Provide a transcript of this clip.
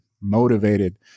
motivated